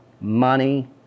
Money